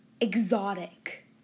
exotic